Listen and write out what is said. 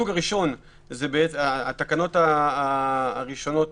התקנות הראשונות